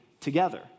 together